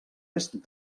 est